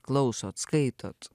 klausot skaitot